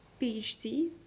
PhD